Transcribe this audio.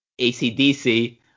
acdc